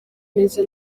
neza